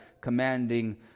commanding